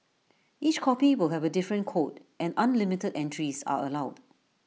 each copy will have A different code and unlimited entries are allowed